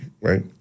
right